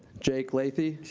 jake liechty.